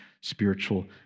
spiritual